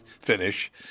finish